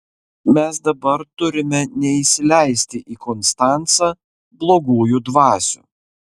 mes dabar turime neįsileisti į konstancą blogųjų dvasių